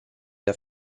der